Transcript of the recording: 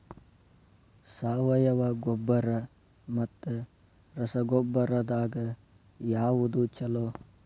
ಸಾವಯವ ಗೊಬ್ಬರ ಮತ್ತ ರಸಗೊಬ್ಬರದಾಗ ಯಾವದು ಛಲೋ?